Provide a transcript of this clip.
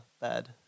bad